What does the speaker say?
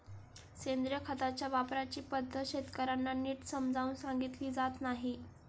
सेंद्रिय खताच्या वापराची पद्धत शेतकर्यांना नीट समजावून सांगितली जात नाही